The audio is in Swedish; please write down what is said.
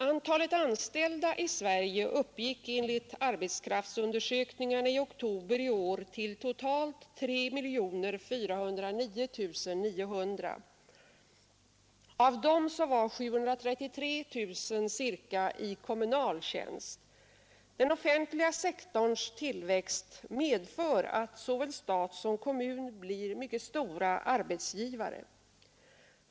Antalet anställda i Sverige uppgick enligt arbetskraftsundersökningen i oktober 1972 till totalt 3 409 900. Av dem var ca 733 000 i kommunal tjänst. Den offentliga sektorns tillväxt medför att såväl stat som kommun blir mycket stora arbetsgivare.